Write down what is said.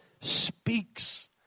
speaks